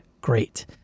Great